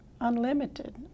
unlimited